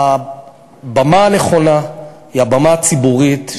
הבמה הנכונה היא הבמה הציבורית,